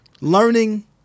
learning